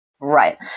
Right